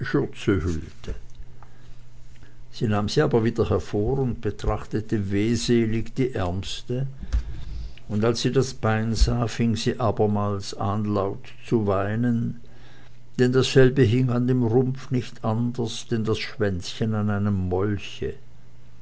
sie nahm sie aber wieder hervor und betrachtete wehselig die ärmste und als sie das bein sah fing sie abermals an laut zu weinen denn dasselbe hing an dem rumpfe nicht anders denn das schwänzchen an einem molche